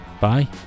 bye